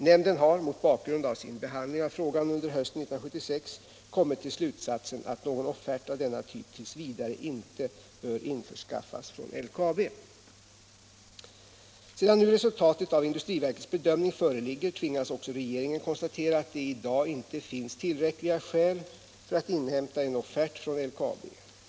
Nämnden har — mot bakgrund av sin behandling av frågan under hösten 1976 - kommit till slutsatsen att någon offert av denna typ t. v. inte bör införskaffas från LKAB. Sedan nu resultatet av industriverkets bedömning föreligger tvingas också regeringen konstatera att det i dag inte finns tillräckliga skäl för att inhämta en offert från LKAB.